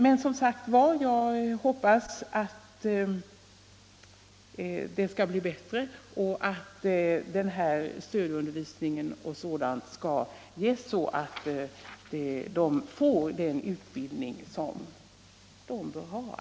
Men jag hoppas som sagt att det skall bli bättre och att stödundervisning o. d. skall ges, så att eleverna får den utbildning som de bör ha.